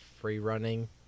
free-running